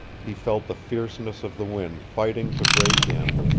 he felt the fierceness of the wind fighting to break in,